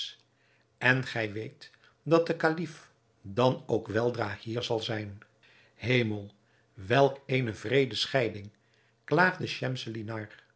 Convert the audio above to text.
en gij weet dat de kalif dan ook weldra hier zal zijn hemel welk eene wreede scheiding